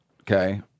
okay